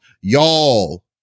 y'all